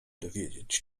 dowiedzieć